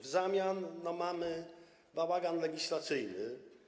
W zamian mamy bałagan legislacyjny.